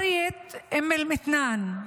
אום אל-מתנאן.